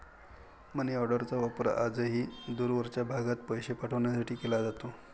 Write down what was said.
मनीऑर्डरचा वापर आजही दूरवरच्या भागात पैसे पाठवण्यासाठी केला जातो